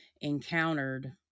encountered